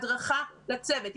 הדרכה לצוות.